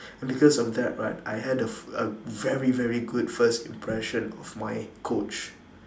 because of that right I had a a very very good first impression of my coach